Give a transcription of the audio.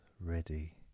ready